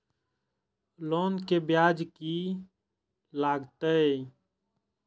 Loan के ब्याज की लागते?